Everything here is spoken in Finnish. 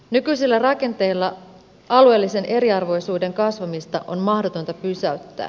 nykyisillä rakenteilla alueellisen eriarvoisuuden kasvamista on mahdotonta pysäyttää